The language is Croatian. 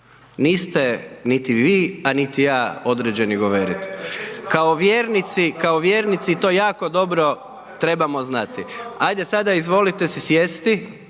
niste niti vi, a niti ja određeni govoriti kao vjernici to jako dobro trebamo znati. Ajde sada izvolite se sjesti,